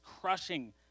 crushing